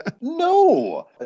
no